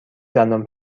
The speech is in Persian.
دندان